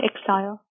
exile